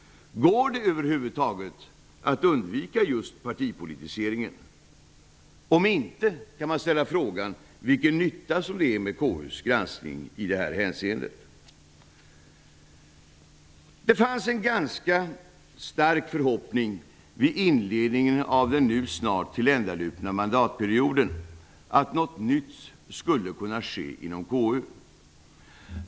Går det över huvud taget att undvika just partipolitiseringen? Om inte, kan man ställa frågan vilken nytta det är med KU:s granskning i det här hänseendet. Det fanns en ganska stark förhoppning vid inledningen av den nu snart tilländalupna mandatperioden, att något nytt skulle kunna ske inom KU.